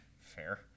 Fair